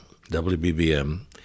WBBM